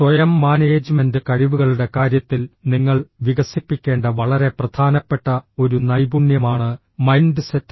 സ്വയം മാനേജ്മെന്റ് കഴിവുകളുടെ കാര്യത്തിൽ നിങ്ങൾ വികസിപ്പിക്കേണ്ട വളരെ പ്രധാനപ്പെട്ട ഒരു നൈപുണ്യമാണ് മൈൻഡ് സെറ്റ്